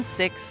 six